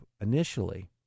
initially